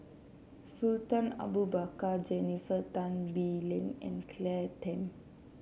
Sultan Abu Bakar Jennifer Tan Bee Leng and Claire Tham